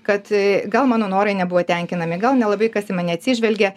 kad gal mano norai nebuvo tenkinami gal nelabai kas į mane atsižvelgė